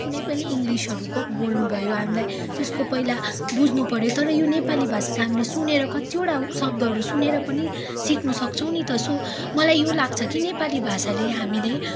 कुनै पनि इङ्गलिसहरूको बोल्नु भयो हामीलाई त्यसको पहिला बुझ्नुपर्यो तर यो नेपाली भाषा त हामीले सुनेर कत्तिवटा शब्दहरू सुनेर पनि सिक्नसक्छौँ नि त सो मलाई यो लाग्छ कि नेपाली भाषाले हामीले